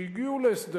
שהגיעו להסדר,